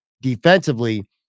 defensively